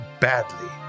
badly